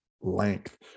length